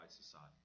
society